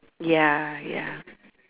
ya ya